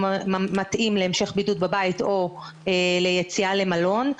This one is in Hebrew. מתאים להמשך בידוד בבית או ליציאה למלון,